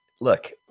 look